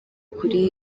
kuri